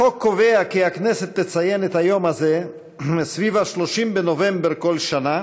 החוק קובע כי הכנסת תציין את היום הזה סביב 30 בנובמבר כל שנה,